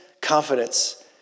confidence